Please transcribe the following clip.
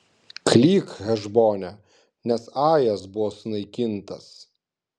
klyk hešbone nes ajas buvo sunaikintas